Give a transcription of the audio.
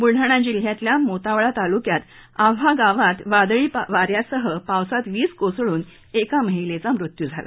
बुलडाणा जिल्ह्यातल्या मोताळा तालुक्यात आव्हा गावात वादळीवा यासह पावसात वीज कोसळून एक महिलेचा मृत्यू झाला